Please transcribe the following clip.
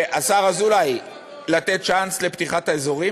השר אזולאי, לתת צ'אנס לפתיחת האזורים?